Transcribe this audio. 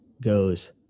goes